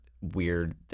Weird